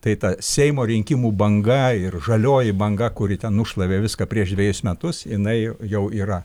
tai ta seimo rinkimų banga ir žalioji banga kuri nušlavė viską prieš dvejus metus jinai jau yra